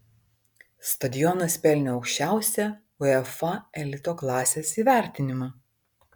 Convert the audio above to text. stadionas pelnė aukščiausią uefa elito klasės įvertinimą